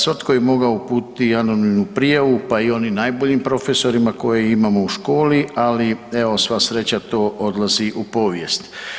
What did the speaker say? Svatko je mogao uputiti anonimnu prijavu, pa i onim najboljim profesorima koje imamo u školi, ali, evo, sva sreća, to odlazi u povijest.